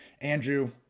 Andrew